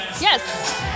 yes